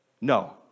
no